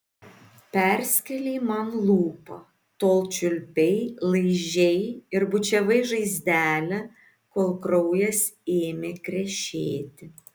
perskėlei man lūpą tol čiulpei laižei ir bučiavai žaizdelę kol kraujas ėmė krešėti